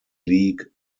league